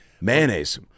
Mayonnaise